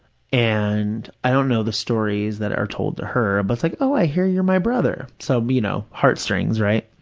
and i don't know the stories that are told to her, but it's like, oh, i hear you're my brother. so, you know, heartstrings, right?